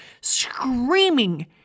screaming